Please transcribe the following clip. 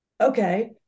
okay